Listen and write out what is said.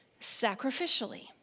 sacrificially